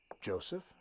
Joseph